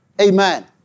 Amen